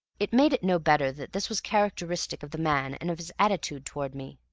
it made it no better that this was characteristic of the man and of his attitude towards me.